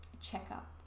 checkup